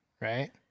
right